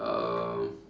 um